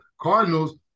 Cardinals